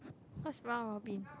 so what's round Robin